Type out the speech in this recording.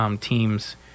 teams